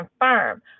confirm